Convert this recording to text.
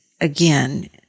again